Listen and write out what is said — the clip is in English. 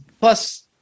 plus